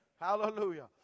Hallelujah